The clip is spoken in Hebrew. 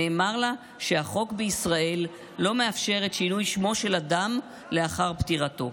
נאמר לה שהחוק בישראל לא מאפשר את שינוי שמו של אדם לאחר פטירתו.